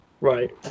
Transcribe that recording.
right